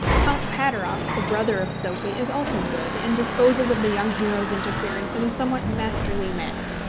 count pateroff, the brother of sophie, is also good, and disposes of the young hero's interference in a somewhat masterly manner.